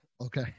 Okay